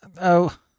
Oh